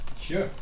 Sure